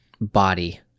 body